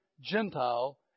Gentile